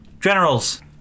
Generals